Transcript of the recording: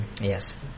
Yes